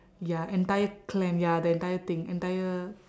ya entire clan ya the entire thing entire